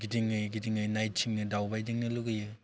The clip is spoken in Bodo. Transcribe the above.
गिदिङै गिदिङै नायथिंनो दाउ बायदिनो लुगैयो